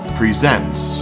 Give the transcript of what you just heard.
presents